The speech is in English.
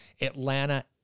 Atlanta